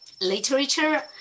literature